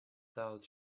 though